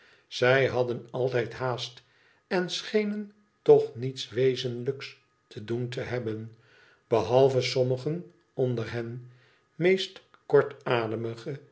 zij hadden altijd haast en schenen toch niets wezenlijks te doen te hebben behalve sommigen onder ben meest